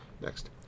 Next